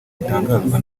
bitangazwa